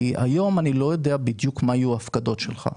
היום אני לא יודע בדיוק מה יהיו ההפקדות שלך,